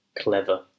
Clever